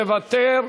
מוותר,